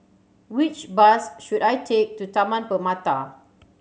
which bus should I take to Taman Permata